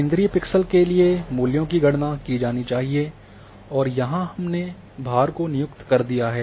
केंद्रीय पिक्सेल के लिए मूल्यों की गणना की जानी चाहिए और यहाँ हमने भार को नियुक्त कर दिया है